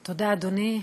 תודה, אדוני,